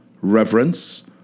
reverence